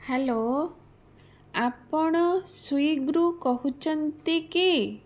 hello ଆପଣ ସ୍ବିଗରୁ କହୁଛନ୍ତି କି